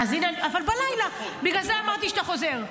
אני בצפון.